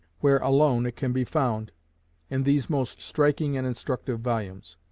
where alone it can be found in these most striking and instructive volumes.